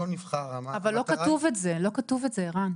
אבל לא כתוב את זה, ערן.